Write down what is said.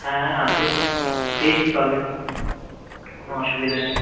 হ্যাঁ আছে এবং ফ্রেশই পাবেন কোনো অসুবিধা নেই